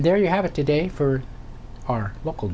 there you have it today for our local